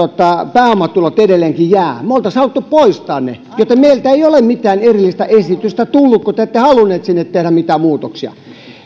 pääomatulot edelleenkin jäävät me olisimme halunneet poistaa ne joten meiltä ei ole mitään erillistä esitystä tullut kun te ette halunneet sinne tehdä mitään muutoksia